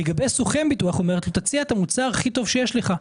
לגבי סוכן ביטוח היא אומרת לו להציע את המוצר הכי טוב שיש לך,